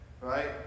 Right